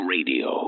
Radio